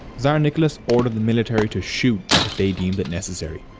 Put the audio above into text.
czar nicholas ordered the military to shot if they deemed it necessary.